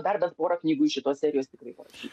dar bent pora knygų iš šitos serijos tikrai parašyt